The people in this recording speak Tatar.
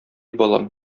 балам